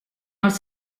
els